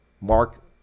mark